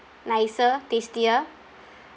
nicer tastier